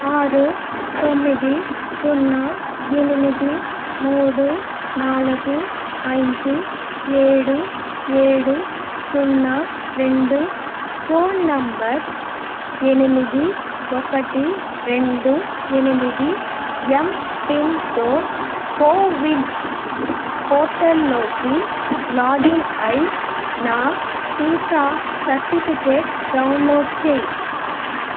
ఆరు తొమ్మిది సున్నా ఎనిమిది మూడు నాలుగు అయిదు ఏడు ఏడు సున్నా రెండు ఫోన్ నంబర్ ఎనిమిది ఒకటి రెండు ఎనిమిది ఎమ్పిన్తో కోవిన్ పోర్టల్లోకి లాగిన్ అయి నా టీకా సర్టిఫికెట్ డౌన్లోడ్ చెయ్యి